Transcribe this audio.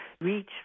reach